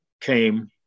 came